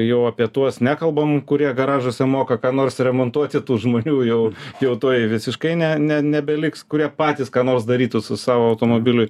jau apie tuos nekalbam kurie garažuose moka ką nors remontuoti tų žmonių jau jau tuoj visiškai ne ne nebeliks kurie patys ką nors darytų su savo automobiliui